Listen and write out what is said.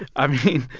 i mean,